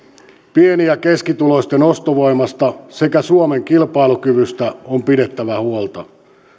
pieni ja keskituloisten ostovoimasta sekä suomen kilpailukyvystä on pidettävä huolta